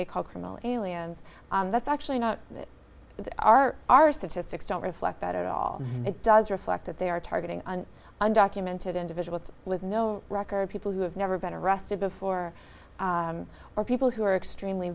they call criminal aliens that's actually not the our our statistics don't reflect that at all it does reflect that they are targeting an undocumented individuals with no record people who have never been arrested before or people who are extremely